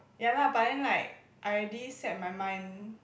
ya lah but then like I already set my mind